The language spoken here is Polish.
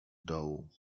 dołu